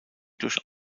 durch